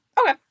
Okay